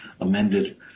amended